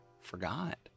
forgot